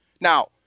Now